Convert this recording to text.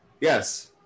yes